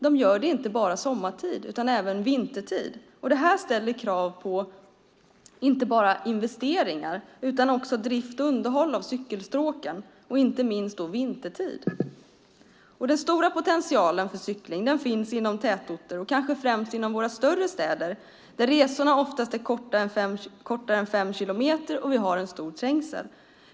De gör det inte bara sommartid utan även vintertid. Det ställer krav inte bara på investeringar utan också på drift och underhåll av cykelstråken, inte minst vintertid. Den stora potentialen för cykling finns inom tätorter och kanske främst inom våra större städer där resorna oftast är kortare än fem kilometer och vi har en stor trängsel.